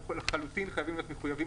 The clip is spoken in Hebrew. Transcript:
אנחנו לחלוטין חייבים להיות פה מחויבים